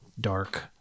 dark